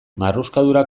marruskadura